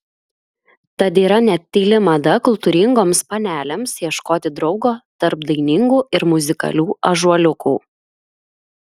tad yra net tyli mada kultūringoms panelėms ieškoti draugo tarp dainingų ir muzikalių ąžuoliukų